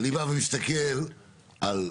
אני בא ומסתכל על חגים.